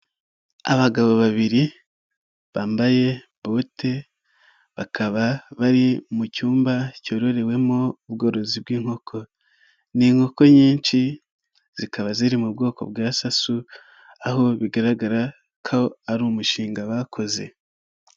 Abagabo babiri bambaye bote bakaba bari mu cyumba cyororewemo ubworozi bw'inkoko, ni inkoko nyinshi zikaba ziri mu bwoko bwa saso aho bigaragara ko ari umushinga bakoze.